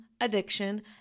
addiction